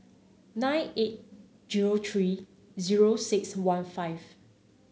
nine eight zero three zero six one five